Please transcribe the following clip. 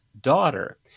daughter